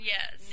Yes